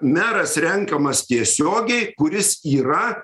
meras renkamas tiesiogiai kuris yra